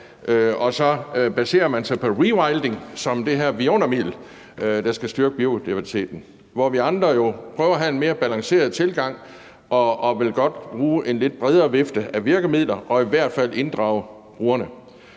og så baserer man sig på rewilding som det her vidundermiddel, der skal styrke biodiversiteten. Vi andre prøver jo at have en mere balanceret tilgang, og vi vil godt bruge en lidt bredere vifte af virkemidler og i hvert fald inddrage brugerne.